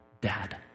dad